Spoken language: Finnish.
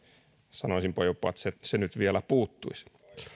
sanoisinpa jopa että se nyt vielä puuttuisi